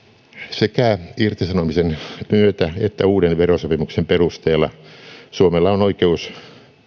sekä irtisanomisen myötä että uuden verosopimuksen perusteella suomella on oikeus